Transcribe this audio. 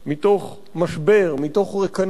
מתוך משבר, מתוך ריקנות,